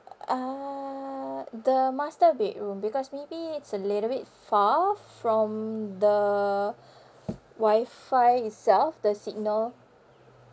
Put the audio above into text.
uh the master bedroom because maybe it's a little bit far from the wi-fi itself the signal